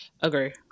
Agree